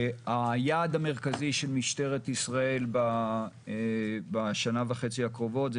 היעד המרכזי של משטרת ישראל בשנה וחצי הקרובות זה